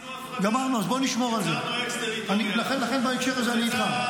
הצענו אקס-טריטוריה, יצא קרוב